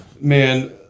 Man